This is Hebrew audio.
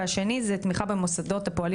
והמסלול השני הוא תמיכה במוסדות הפועלים